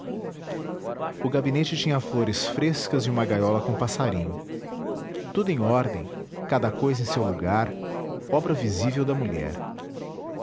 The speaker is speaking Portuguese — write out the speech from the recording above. o gabinete tinha flores frescas e uma gaiola com passarinho tudo em ordem cada cousa em seu lugar obra visível da mulher